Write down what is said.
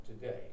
today